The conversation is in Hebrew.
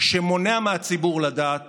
שמונע מהציבור לדעת